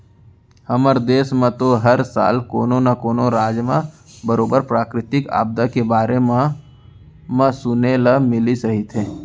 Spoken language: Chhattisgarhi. हमर देस म तो हर साल कोनो न कोनो राज म बरोबर प्राकृतिक आपदा के बारे म म सुने ल मिलत रहिथे